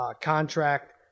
contract